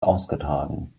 ausgetragen